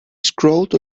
strolled